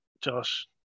Josh